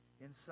inside